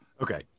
Okay